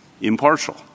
impartial